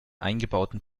eingebauten